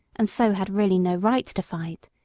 and so had really no right to fight,